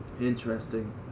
Interesting